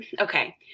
okay